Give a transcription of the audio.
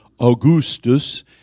Augustus